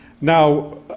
Now